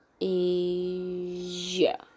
asia